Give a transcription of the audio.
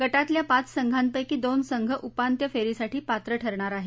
गटातल्या पाच संघांपैकी दोन संघ उपांत्य फेरीसाठी पात्र ठरणार आहेत